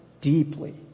deeply